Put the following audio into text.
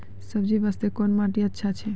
सब्जी बास्ते कोन माटी अचछा छै?